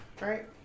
Right